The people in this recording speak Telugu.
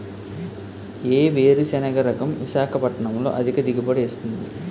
ఏ వేరుసెనగ రకం విశాఖపట్నం లో అధిక దిగుబడి ఇస్తుంది?